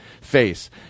face